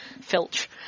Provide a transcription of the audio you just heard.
Filch